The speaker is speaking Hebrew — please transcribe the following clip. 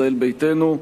ישראל ביתנו,